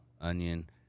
onion